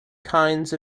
kinds